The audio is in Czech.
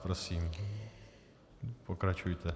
Prosím, pokračujte.